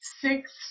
six